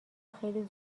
خیلی